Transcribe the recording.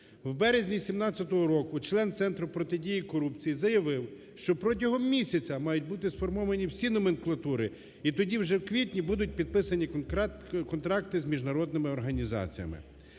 В березні 17-го року член Центру протидії корупції заявив, що протягом місяця мають бути сформовані всі номенклатури, і тоді вже в квітні будуть підписані контракти з міжнародними організаціями.